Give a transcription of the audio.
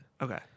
Okay